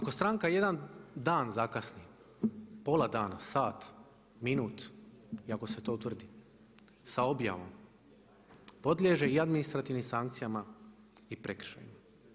Ako stranka jedan dan zakasni, pola dana, sat, minut i ako se to utvrdi sa objavom podliježe i administrativnim sankcijama i prekršajima.